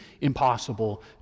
impossible